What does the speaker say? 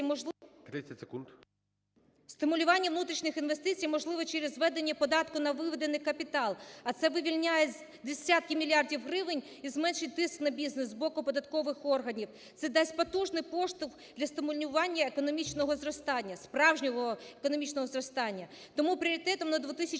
можливо через ведення податку на виведений капітал. А це вивільняє десятки мільярдів гривень і зменшить тиск на бізнес з боку податкових органів. Це дасть потужний поштовх для стимулювання економічного зростання, справжнього економічного зростання. Тому пріоритетом на 2019 рік